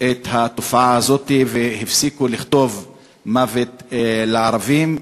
את התופעה הזאת, הפסיקו לכתוב "מוות לערבים".